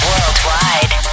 Worldwide